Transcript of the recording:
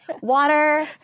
Water